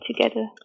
together